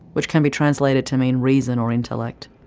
which can be translated to mean reason, or intellect.